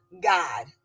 God